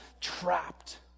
trapped